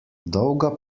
dolga